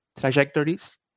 trajectories